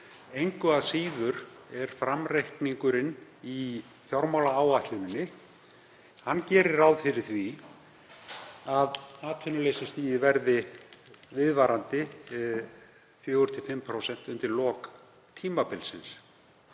Engu að síður gerir framreikningurinn í fjármálaáætluninni ráð fyrir því að atvinnuleysisstigið verði viðvarandi 4–5% undir lok tímabilsins.